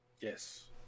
Yes